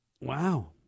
wow